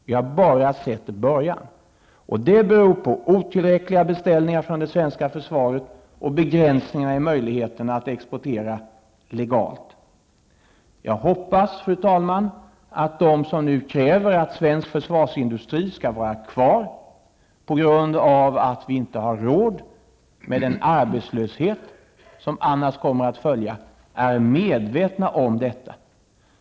Vi har bara sett början. Detta beror på otillräckliga beställningar från det svenska försvaret och begränsningar i möjligheterna att exportera legalt. Jag hoppas, fru talman, att de som nu kräver att svensk försvarsindustri skall vara kvar på grund av att vi inte har råd med den arbetslöshet som annars följer är medvetna om detta.